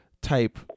type